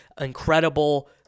incredible